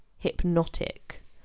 hypnotic